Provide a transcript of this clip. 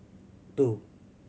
two